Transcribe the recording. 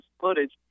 footage